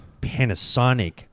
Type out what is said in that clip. Panasonic